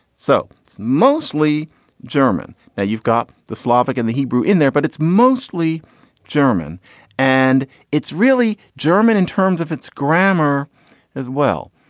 so it's mostly german. now you've got the slavic and the hebrew in there, but it's mostly german and it's really german in terms of its grammar as well.